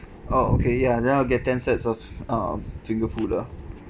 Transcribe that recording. orh okay ya then I'll get ten sets of uh finger food ah